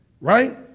right